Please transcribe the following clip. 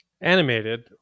animated